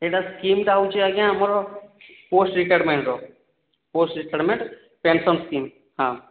ସେହିଟା ସ୍କିମ୍ ଟା ହେଉଛି ଆଜ୍ଞା ଆମର ପୋଷ୍ଟ ରିଟାର୍ମେଣ୍ଟର ରିଟାର୍ମେଣ୍ଟ ପେନସନ ସ୍କିମ୍